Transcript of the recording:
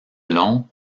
long